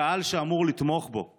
הקהל שאמור לתמוך בו.